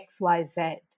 XYZ